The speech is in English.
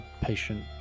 Patient